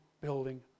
building